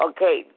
Okay